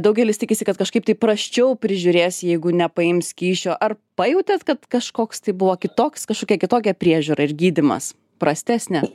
daugelis tikisi kad kažkaip tai prasčiau prižiūrės jeigu nepaims kyšio ar pajautėt kad kažkoks tai buvo kitoks kažkokia kitokia priežiūra ir gydymas prastesnė